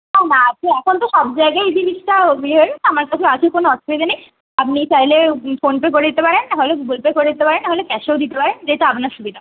হ্যাঁ না আপনি এখন তো সব জায়গায়েই এই জিনিসটা ইয়ে হয়ে গেছে আমার কাছেও আছে কোন অসুবিধা নেই আপনি চাইলে ফোন পে করে দিতে পারেন না হলে গুগুল পে করে দিতে পারেন না হলে ক্যাশেও দিতে পারেন যেটা আপনার সুবিধা